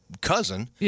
cousin